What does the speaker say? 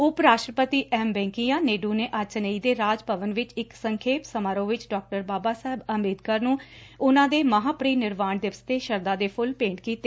ਉਂਪ ਰਾਸਟਰਪਤੀ ਐਮ ਵੈਂਕਈਆਂ ਨਾਇਡੁ ਨੇ ਅੱਜ ਚੇਨਈ ਦੇ ਰਾਜ ਭਵਨ ਵਿਚ ਇਕ ਸੰਖੇਪ ਸਮਾਰੋਹ ਵਿਚ ਡਾਕਟਰ ਬਾਬਾ ਸਾਹਿਬ ਅੰਬੇਦਕਰ ਨੂੰ ਉਨੂਾਂ ਦੇ ਮਹਾਂਪਰਿਨਿਰਵਾਣ ਦਿਵਸ ਤੇ ਸ਼ਰਧਾ ਦੇ ਫੁੱਲ ਭੇਂਟ ਕੀਤੇ